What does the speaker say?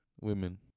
Women